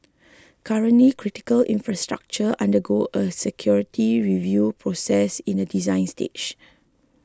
currently critical infrastructure undergo a security review process in the design stage